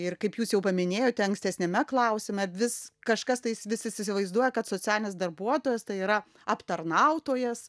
ir kaip jūs jau paminėjote ankstesniame klausime vis kažkas tais vis įsivaizduoja kad socialinis darbuotojas tai yra aptarnautojas